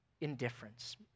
indifference